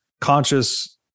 conscious